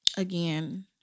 Again